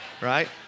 Right